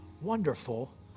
wonderful